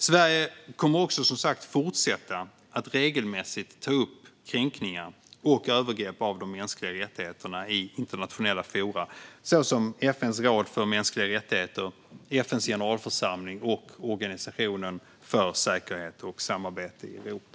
Sverige kommer också, som sagt, att fortsätta att regelmässigt ta upp kränkningar av och övergrepp mot de mänskliga rättigheterna i internationella forum, såsom FN:s råd för mänskliga rättigheter, FN:s generalförsamling och Organisationen för säkerhet och samarbete i Europa.